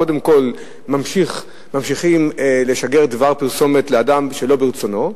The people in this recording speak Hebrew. קודם כול ממשיכים לשגר דבר פרסומת לאדם שלא ברצונו.